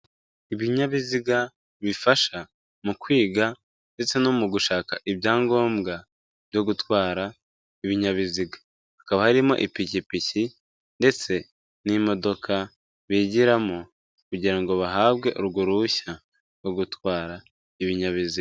Ibinyabiziga bifasha mu kwiga ndetse no mu gushaka ibyangombwa byo gutwara ibinyabiziga. Hakaba harimo ipikipiki ndetse n'imodoka bigiramo kugira ngo bahabwe urwo ruhushya rwo gutwara ibinyabiziga.